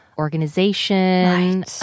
Organization